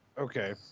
Okay